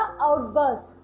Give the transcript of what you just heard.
outburst